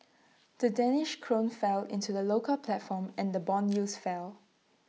the danish Krone fell in the local platform and Bond yields fell